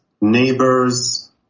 neighbors